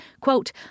quote